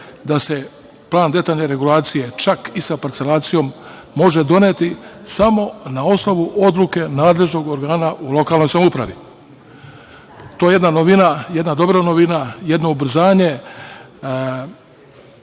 da se plan detaljne regulacije, čak i sa parcelacijom može doneti samo na osnovu odluke nadležnog organa u lokalnoj samoupravi. To je jedna novina, jedna dobra novina, jedno ubrzanje.